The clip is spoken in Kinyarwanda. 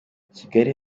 kigali